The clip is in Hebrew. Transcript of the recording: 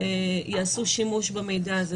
יעשו שימוש במידע הזה?